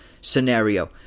scenario